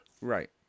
right